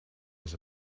was